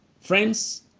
Friends